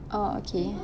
oh okay